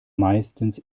meistens